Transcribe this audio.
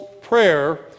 prayer